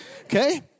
Okay